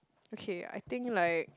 okay I think like